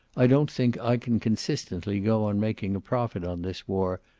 i don't think i can consistently go on making a profit on this war,